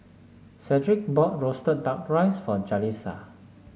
Cedrick bought roasted duck rice for Jalisa